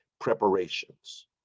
Preparations